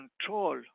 control